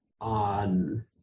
on